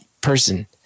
person